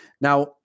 Now